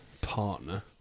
partner